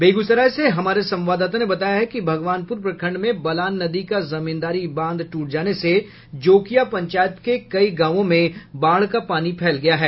बेगूसराय से हमारे संवाददाता ने बताया है कि भगवानपूर प्रखंड में बलान नदी का जमींदारी बांध टूट जाने से जोकिया पंचायत के कई गांवों में बाढ़ का पानी फैल गया है